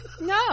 no